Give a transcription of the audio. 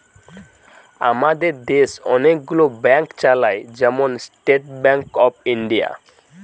আমাদের দেশ অনেক গুলো ব্যাংক চালায়, যেমন স্টেট ব্যাংক অফ ইন্ডিয়া